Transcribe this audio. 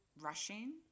rushing